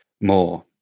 more